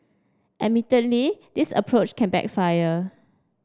admittedly this approach can backfire